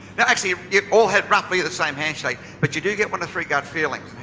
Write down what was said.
yeah actually you all had roughly the same handshake. but you do get one of three gut feelings.